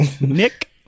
Nick